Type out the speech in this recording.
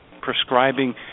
prescribing